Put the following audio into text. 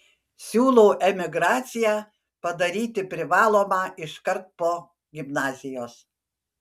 siūlau emigraciją padaryti privalomą iškart po gimnazijos